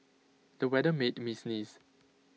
the weather made me sneeze